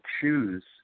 choose